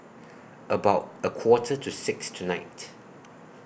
about A Quarter to six tonight